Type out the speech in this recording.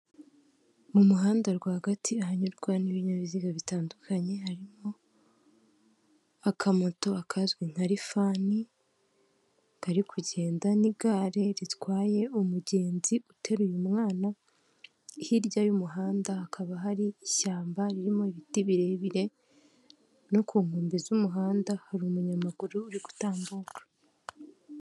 Mu muhanda rwagati, ahanyurwa n'ibinyabiziga bitandukanye, harimo akamoto, kazwi nka rifani, kari kugenda, n'igare ritwaye umugenzi uteruye umwana, hirya y'umuhanda hakaba hari ishyamba ririmo ibiti birebire, no ku nkombe z'umuhanda hari umunyamaguru uri gutambuka.